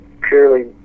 purely